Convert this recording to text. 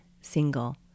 single